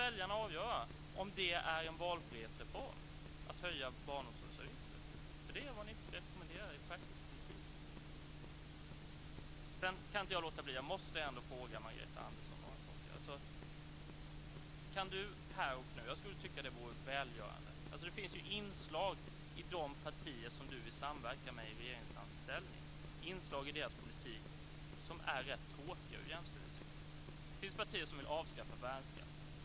Väljarna får avgöra om det är en valfrihetsreform att höja barnomsorgsavgifter. Det är vad ni rekommenderar i praktisk politik. Jag måste ändå fråga Margareta Andersson några saker. Jag skulle tycka att det vore välgörande med ett svar. Det finns inslag i politiken hos de partier som Marianne Andersson vill samverka med som är rätt tråkiga ur jämställdhetssynpunkt. Det finns partier som vill avskaffa värnskatt.